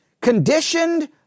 conditioned